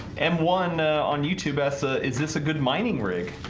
em one on youtube essa is this a good mining rig?